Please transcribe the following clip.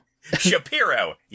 Shapiro